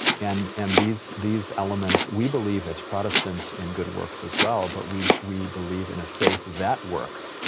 and and these these elements, we believe as protestants in good works as well, but we we believe in a faith that works,